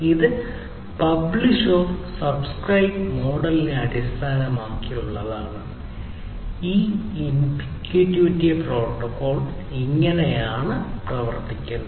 ഇത് പബ്ലിഷ്സബ്സ്ക്രൈബ് മോഡലിനെ അടിസ്ഥാനമാക്കിയുള്ളതാണ് ഈ MQTT പ്രോട്ടോക്കോൾ ഇങ്ങനെയാണ് പ്രവർത്തിക്കുന്നത്